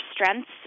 strengths